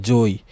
Joy